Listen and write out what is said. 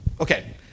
Okay